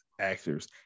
actors